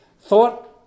thought